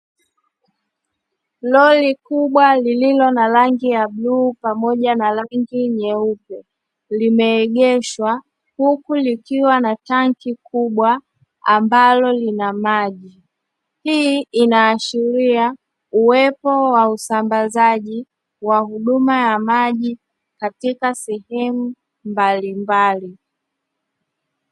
Lori kubwa lililo na rangi ya bluu pamoja na rangi nyeupe, limeegeshwa huku likiwa na tanki kubwa ambalo lina maji. Hii inaashiria uwepo wa usambazaji wa huduma ya maji katika sehemu mbalimbali.